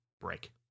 break